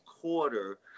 quarter